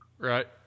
Right